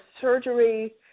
surgery